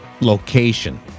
location